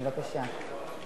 בבקשה,